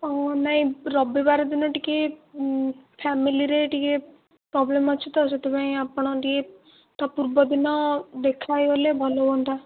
ଆଉ ଆମେ ରବିବାର ଦିନ ଟିକିଏ ଫ୍ୟାମିଲିରେ ଟିକିଏ ପ୍ରୋବ୍ଲେମ୍ ଅଛି ତ ସେଥିପାଇଁ ଆପଣ ଟିକିଏ ତା' ପୂର୍ବଦିନ ଦେଖା ହେଇଗଲେ ଭଲ ହୁଅନ୍ତା